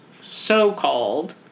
so-called